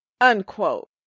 unquote